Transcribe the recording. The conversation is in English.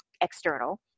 external